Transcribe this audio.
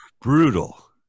brutal